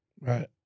right